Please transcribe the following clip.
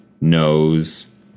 knows